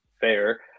fair